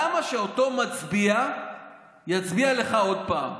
למה שאותו מצביע יצביע לך עוד פעם?